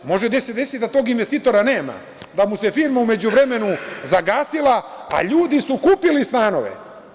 Može da se desi da tog investitora nema, da mu se firma u međuvremenu zagasila, a ljudi su kupili stanove.